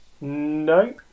No